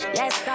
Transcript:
yes